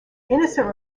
innocent